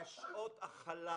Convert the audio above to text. בשעות הכלה